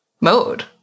mode